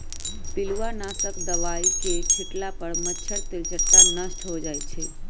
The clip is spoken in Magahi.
पिलुआ नाशक दवाई के छिट्ला पर मच्छर, तेलट्टा नष्ट हो जाइ छइ